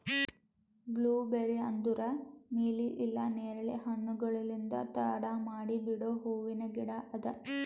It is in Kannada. ಬ್ಲೂಬೇರಿ ಅಂದುರ್ ನೀಲಿ ಇಲ್ಲಾ ನೇರಳೆ ಹಣ್ಣುಗೊಳ್ಲಿಂದ್ ತಡ ಮಾಡಿ ಬಿಡೋ ಹೂವಿನ ಗಿಡ ಅದಾ